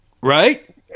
Right